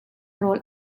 rawl